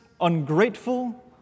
ungrateful